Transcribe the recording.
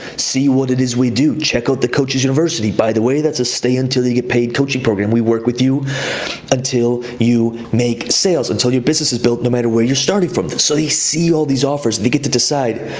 see what it is we do, check out the coaches university, by the way, that's a stay until they get paid coaching program. we work with you until you make sales, until your business is built no matter where you're starting from. so they see all these offers, they get to decide,